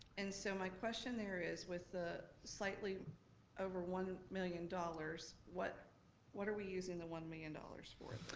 and so, my question there is, with the slightly over one million dollars what what are we using the one million dollars for